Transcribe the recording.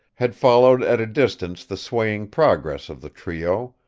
had followed at a distance the swaying progress of the trio,